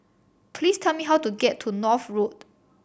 please tell me how to get to North Road